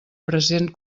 present